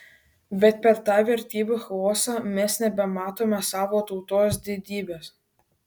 bet per tą vertybių chaosą mes nebematome savo tautos didybės